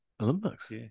Olympics